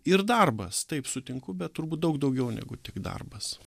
ir darbas taip sutinku bet turbūt daug daugiau negu tik darbas